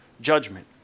judgment